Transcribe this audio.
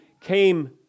came